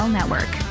Network